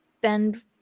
Bend